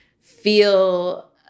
feel